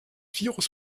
virus